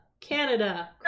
Canada